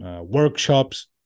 Workshops